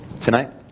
Tonight